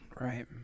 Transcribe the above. Right